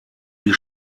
die